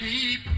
keep